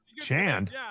Chand